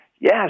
yes